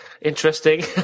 interesting